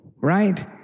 right